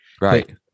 Right